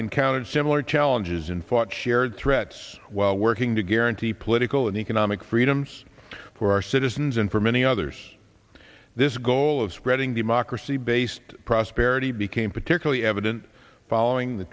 encountered similar challenges and fought shared threats while working to guarantee political and economic freedoms for our citizens and for many others this goal of spreading democracy based prosperity became particularly evident following the